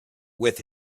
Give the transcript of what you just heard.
with